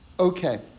Okay